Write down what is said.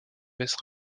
baisse